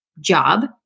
job